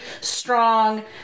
strong